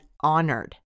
honored